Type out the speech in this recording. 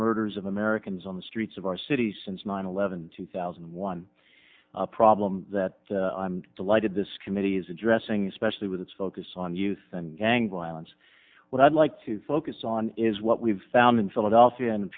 murders of americans on the streets of our cities since nine eleven two thousand and one a problem that i'm delighted this committee is addressing especially with its focus on youth and gangland what i'd like to focus on is what we've found in philadelphia and